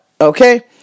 Okay